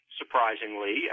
surprisingly